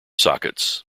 sockets